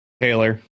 Taylor